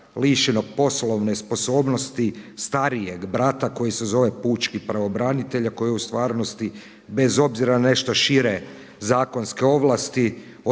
lišenog poslovne sposobnosti, starijeg brata koji se zove pučki pravobranitelj, a koji u stvarnosti bez obzira nešto šire zakonske ovlasti